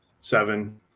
seven